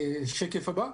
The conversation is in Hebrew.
שקופית